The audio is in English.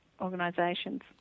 organisations